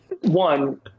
One